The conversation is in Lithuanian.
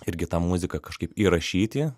irgi tą muziką kažkaip įrašyti